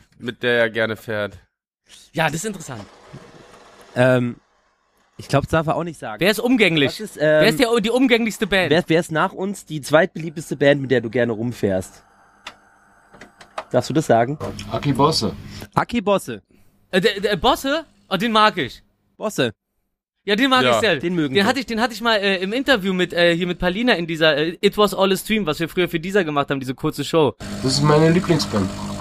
mit der er gerne fährt? Ja, das ist interessant. Ähm, ich glaub, das darf er auch nicht sagen. Wer ist umgänglich? Was ist, ähm, Wer ist die- die umgänglichste Band? wer- wer ist nach uns die zweitbeliebteste Band, mit der du gerne rumfährst? Darfst du das sagen? Aki Bosse. Aki Bosse. Äh, der- der Bosse? Oh, den mag ich. Bosse. Ja, den mag Ja. ich sehr. Den mögen Den wir. hatte ich- den hatte ich mal, äh, im Interview mit, äh, hier mit Palina in dieser, äh, It Was All A Stream, was wir früher für dieser gemacht haben, diese kurze Show. Das ist meine Lieblingsband.